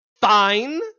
Fine